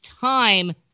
time